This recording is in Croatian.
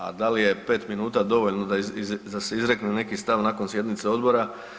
A da li je pet minuta dovoljno da se izrekne neki stav nakon sjednice odbora?